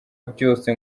byose